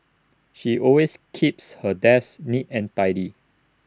she always keeps her desk neat and tidy